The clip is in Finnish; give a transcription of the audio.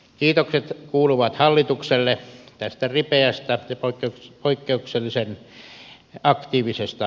kiitokset kuuluvat hallitukselle tästä ripeästä ja poikkeuksellisen aktiivisesta toiminnasta